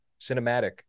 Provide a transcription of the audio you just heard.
cinematic